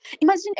Imagine